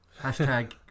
hashtag